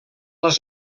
les